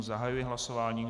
Zahajuji hlasování.